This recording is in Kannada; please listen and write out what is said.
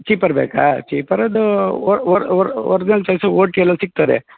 ಚೀಪರ್ ಬೇಕಾ ಚೀಪರ್ ಅದೂ ಒರ್ಜಿನಲ್ ಚಾಯ್ಸು ಓ ಟಿ ಎಲ್ಲ ಸಿಕ್ತದೆ